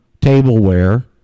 tableware